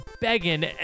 begging